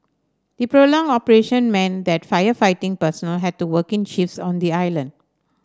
the prolonged operation meant that firefighting personnel had to work in shifts on the island